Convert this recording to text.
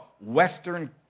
western